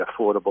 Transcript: affordable